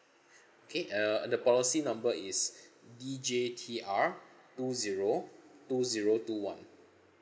okay uh and the policy number is D J T R two zero two zero two one